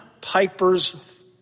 Piper's